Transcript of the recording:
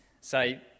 say